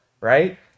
right